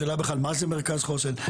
השאלה בכלל מה זה מרכז חוסן.